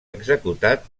executat